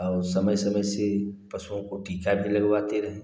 औ समय समय से पशुओं को टीका भी लगवाते रहिए